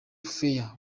fair